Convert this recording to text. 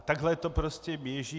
Takhle to prostě běží.